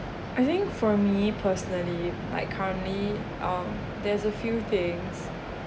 I think from me personally like currently um there's a few things